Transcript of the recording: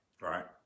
right